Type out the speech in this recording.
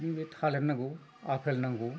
बै थालिर नांगौ आफेल नांगौ